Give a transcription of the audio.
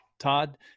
Todd